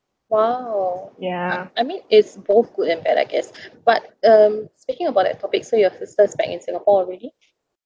!wow! I I mean it's both good and bad I guess but um speaking about that topic so your sister's back in singapore already